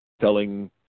telling